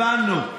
הבנו.